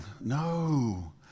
No